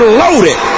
loaded